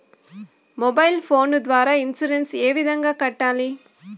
mobile phone ద్వారా insurance ఏ విధంగా కట్టాలి